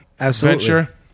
adventure